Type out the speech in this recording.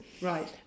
Right